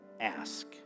Ask